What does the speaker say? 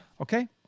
Okay